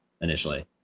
initially